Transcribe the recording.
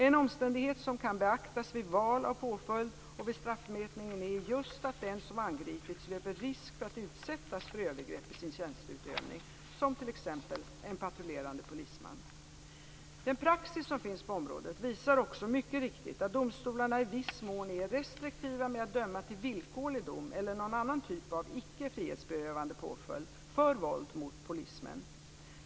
En omständighet som kan beaktas vid val av påföljd och vid straffmätningen är just att den som angripits löper risk för att utsättas för övergrepp i sin tjänsteutövning, som t.ex. en patrullerande polisman. Den praxis som finns på området visar också mycket riktigt att domstolarna i viss mån är restriktiva med att döma till villkorlig dom eller någon annan typ av icke frihetsberövande påföljd för våld mot polismän.